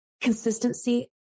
Consistency